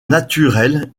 naturel